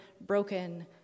broken